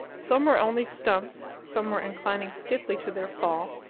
some were only stumps, some were inclining stiffly to their fall,